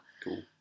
Cool